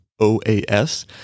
OAS